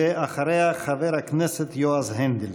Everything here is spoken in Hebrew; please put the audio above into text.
ואחריה, חבר הכנסת יועז הנדל.